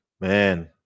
man